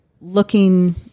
looking